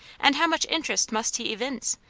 and how much interest must he evince?